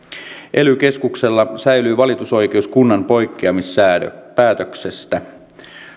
ely keskuksella säilyy valitusoikeus kunnan poikkeamispäätöksestä